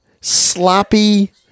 sloppy